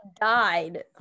died